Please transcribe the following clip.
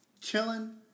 Chilling